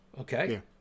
okay